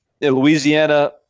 Louisiana